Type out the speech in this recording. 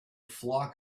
flock